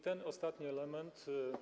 Ten ostatni element.